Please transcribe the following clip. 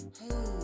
hey